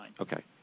Okay